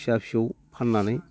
फिसा फिसौ फाननानै